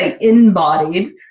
embodied